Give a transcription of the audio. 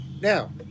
now